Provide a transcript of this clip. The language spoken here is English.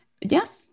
Yes